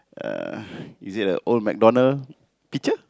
uh is it a old MacDonald picture